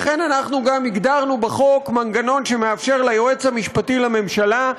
לכן גם הגדרנו בחוק מנגנון שמאפשר ליועץ המשפטי לממשלה,